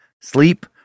Sleep